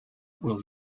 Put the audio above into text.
will